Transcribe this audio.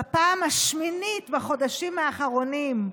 בפעם השמינית בחודשים האחרונים,